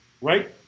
Right